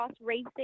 racing